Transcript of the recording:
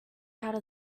out